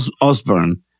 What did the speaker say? Osborne